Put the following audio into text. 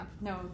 No